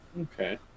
Okay